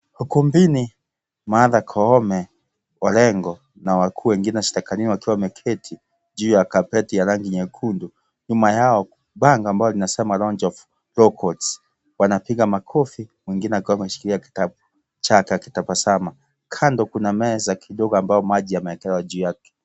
Ukumbini Martha Koome Orengo na wakuu wengine serikalini wakiwa wameketi juu ya kapeti ya rangi nyekundu nyuma yao bango ambao linasema launch of law courts wanapiga makofi mwingine akiwa ameshikilia kitabu chake akitabasamu kando kuna meza kidogo ambao maji yameekelewa juu yake.